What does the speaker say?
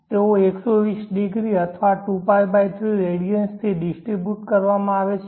તેઓ 120 ડિગ્રી અથવા 2π 3 રેડિઅન્સથી ડિસ્ટ્રીબ્યુટ કરવામાં આવે છે